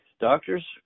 Doctors